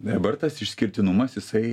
dabar tas išskirtinumas jisai